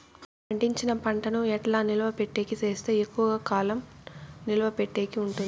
పండించిన పంట ను ఎట్లా నిలువ పెట్టేకి సేస్తే ఎక్కువగా కాలం నిలువ పెట్టేకి ఉంటుంది?